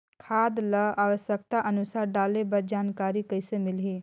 खाद ल आवश्यकता अनुसार डाले बर जानकारी कइसे मिलही?